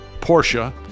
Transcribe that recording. Porsche